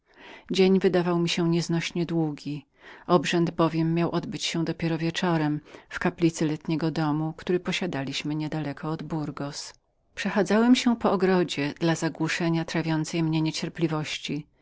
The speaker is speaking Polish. dzień wydawał mi się nieznośnie długim obrzęd albowiem miał odbyć się dopiero wieczorem w kaplicy letniego domu który posiadaliśmy niedaleko od burgos przechadzałem się po ogrodzie dla zagłuszenia trawiącej mnie